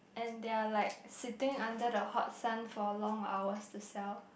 and they are like sitting under the hot sun for long hours to sell